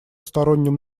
сторонним